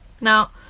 Now